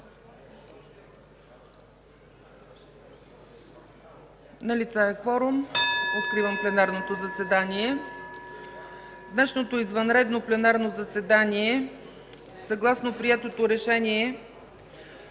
Налице е кворум. (Звъни.) Откривам пленарното заседание. Днешното извънредно пленарно заседание съгласно приетото решение